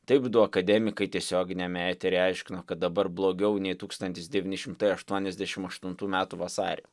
taip du akademikai tiesioginiame eteryje aiškino kad dabar blogiau nei tūkstantis devyni šimtai aštuoniasdešim aštuntų metų vasarį